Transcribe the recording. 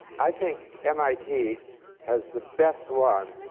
i think mit has the best one.